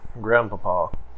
grandpapa